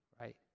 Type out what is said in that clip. right